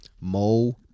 Mo